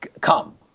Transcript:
come